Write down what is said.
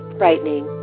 frightening